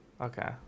okay